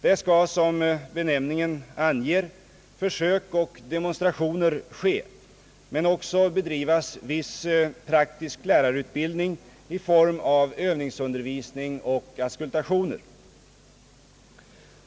Där skall, som benämningen anger, försök och demonstrationer ske men också bedrivas viss praktisk lärarutbildning i form av ÖV ningsundervisning och auskultationer.